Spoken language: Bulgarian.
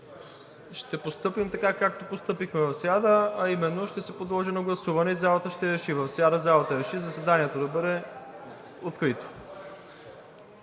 Ще постъпим така, както постъпихме в сряда, а именно ще се подложи на гласуване и залата ще реши. В сряда залата реши заседанието да бъде открито.